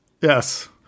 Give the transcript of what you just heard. Yes